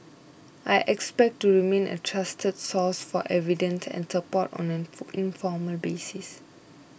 I expect to remain a trusted source for advice and support on an informal basis